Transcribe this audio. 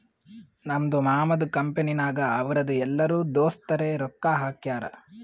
ನಮ್ದು ಮಾಮದು ಕಂಪನಿನಾಗ್ ಅವ್ರದು ಎಲ್ಲರೂ ದೋಸ್ತರೆ ರೊಕ್ಕಾ ಹಾಕ್ಯಾರ್